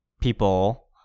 people